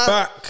Back